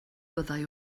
fyddai